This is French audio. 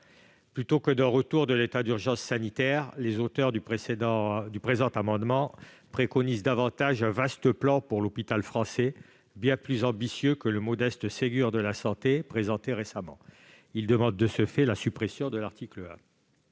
Plutôt que le retour de l'état d'urgence sanitaire, les auteurs du présent amendement préconisent un vaste plan pour l'hôpital français, bien plus ambitieux que le modeste Ségur de la santé présenté récemment. Ils demandent, de ce fait, la suppression de l'article 1.